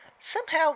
Somehow